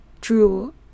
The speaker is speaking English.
true